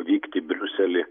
vykti į briuselį